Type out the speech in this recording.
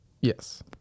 Yes